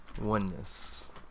Oneness